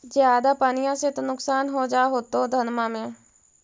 ज्यादा पनिया से तो नुक्सान हो जा होतो धनमा में?